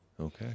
Okay